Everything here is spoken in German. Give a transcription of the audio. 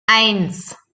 eins